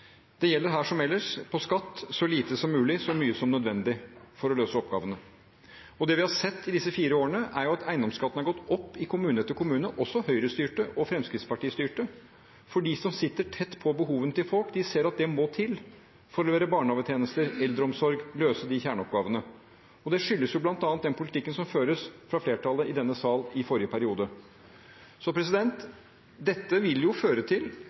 Her gjelder som ellers på skatt: så lite som mulig, så mye som nødvendig for å løse oppgavene. Det vi har sett disse fire årene, er at eiendomsskatten har gått opp i kommune etter kommune – også i Høyre- og i Fremskrittsparti-styrte – for de som sitter tett på behovene til folk, ser at det må til for å levere barnehagetjenester, eldreomsorg, løse de kjerneoppgavene. Det skyldes bl.a. den politikken som ble ført fra flertallet i denne sal i forrige periode.